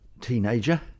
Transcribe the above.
teenager